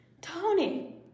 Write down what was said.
Tony